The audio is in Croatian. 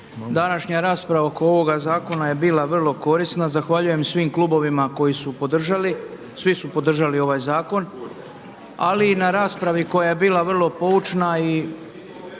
Današnja rasprava oko ovog zakona je bila vrlo korisna. Zahvaljujem svim klubovima koji su podržali, svi su podržali ovaj zakon, ali i na raspravi koja je bila vrlo poučna i